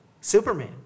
Superman